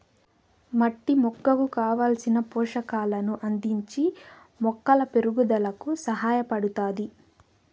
మట్టి మొక్కకు కావలసిన పోషకాలను అందించి మొక్కల పెరుగుదలకు సహాయపడుతాది